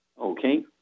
Okay